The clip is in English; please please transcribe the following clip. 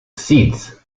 seeds